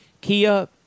Kia